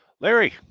Larry